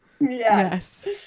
Yes